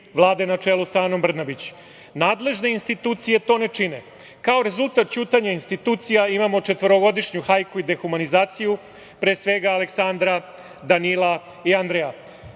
Vlade, na čelu sa Anom Brnabić. Nadležne institucije to ne čine. Kao rezultat ćutanja institucija imamo četvorogodišnju hajku i dehumanizaciju pre svega Aleksandra, Danila i Andreja.